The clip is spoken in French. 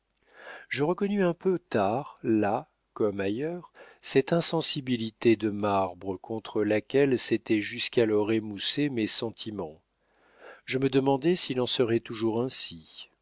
je reconnus un peu tard là comme ailleurs cette insensibilité de marbre contre laquelle s'étaient jusqu'alors émoussés mes sentiments je me demandai s'il en serait toujours ainsi